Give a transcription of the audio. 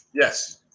yes